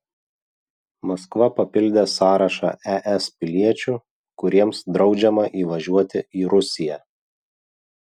maskva papildė sąrašą es piliečių kuriems draudžiama įvažiuoti į rusiją